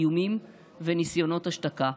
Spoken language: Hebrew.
איומים וניסיונות השתקה.